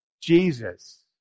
Jesus